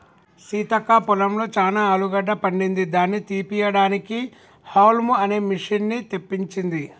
సీతక్క పొలంలో చానా ఆలుగడ్డ పండింది దాని తీపియడానికి హౌల్మ్ అనే మిషిన్ని తెప్పించింది